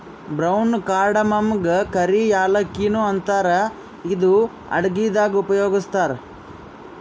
brown ಕಾರ್ಡಮಮಗಾ ಕರಿ ಯಾಲಕ್ಕಿ ನು ಅಂತಾರ್ ಇದು ಅಡಗಿದಾಗ್ ಉಪಯೋಗಸ್ತಾರ್